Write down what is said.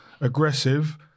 aggressive